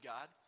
God